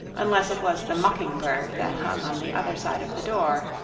unless it was the mocking-bird that hung on the other side of the door,